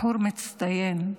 בחור מצטיין,